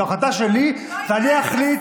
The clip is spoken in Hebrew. זו החלטה שלי, ואני אחליט,